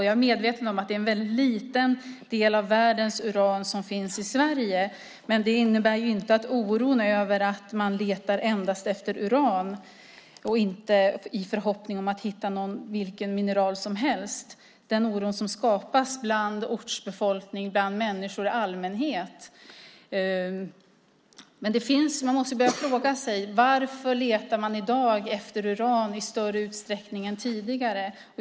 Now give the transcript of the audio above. Jag är medveten om att det är en väldigt liten del av världens uran som finns i Sverige, men det innebär inte att den oro som skapas hos ortsbefolkning och människor i allmänhet över att man endast letar efter uran och inte efter vilket mineral som helst minskar. Vi måste börja fråga oss varför man i dag letar efter uran i större utsträckning än tidigare.